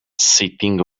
sitting